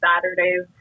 saturdays